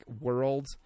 world